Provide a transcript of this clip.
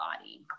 body